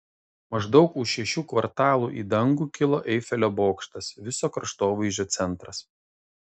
maždaug už šešių kvartalų į dangų kilo eifelio bokštas viso kraštovaizdžio centras